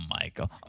Michael